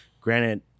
Granted